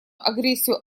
агрессию